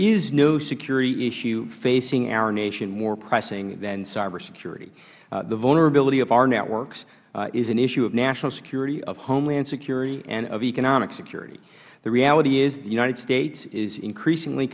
is no security issue facing our nation that is more pressing than cybersecurity the vulnerability of our networks is an issue of national security of homeland security and of economic security the reality is that the united states is increasingly